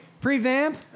Pre-vamp